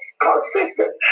consistent